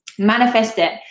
manifest it,